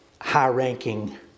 high-ranking